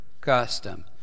custom